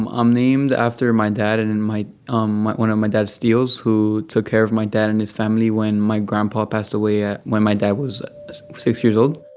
i'm um named after my dad and and my um my one of my dad's tios who took care of my dad and his family when my grandpa passed away at when my dad was six years old